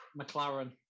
McLaren